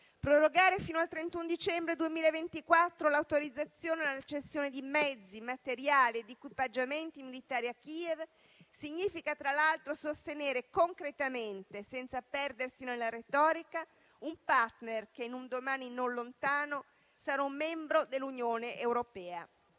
Prorogare fino al 31 dicembre 2024 l'autorizzazione alla cessione di mezzi, materiali ed equipaggiamenti militari a Kiev significa tra l'altro sostenere concretamente, senza perdersi nella retorica, un *partner* che in un domani non lontano sarà un membro dell'Unione europea.